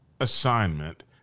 assignment